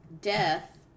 death